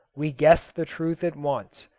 we guessed the truth at once.